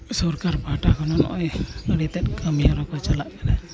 ᱥᱚᱨᱠᱟᱨ ᱯᱟᱦᱴᱟ ᱠᱷᱚᱱᱟᱜ ᱱᱚᱜᱼᱚᱸᱭ ᱟᱹᱰᱤ ᱛᱮᱫ ᱠᱟᱹᱢᱤ ᱦᱚᱨᱟ ᱠᱚ ᱪᱟᱞᱟᱜ ᱠᱟᱱᱟ